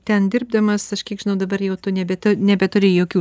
ten dirbdamas aš kiek žinau dabar jau tu nebe nebeturi jokių